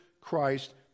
Christ